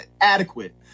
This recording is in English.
adequate